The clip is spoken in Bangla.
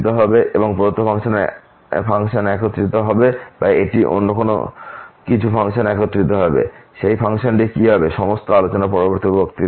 এবং এটি প্রদত্ত ফাংশনে একত্রিত হবে বা এটি অন্য কিছু ফাংশনে একত্রিত হবে এবং সেই ফাংশনটি কী হবে এই সমস্ত আলোচনা পরবর্তী বক্তৃতায় হবে